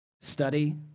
study